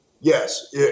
yes